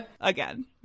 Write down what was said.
again